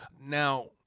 Now